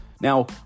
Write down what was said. Now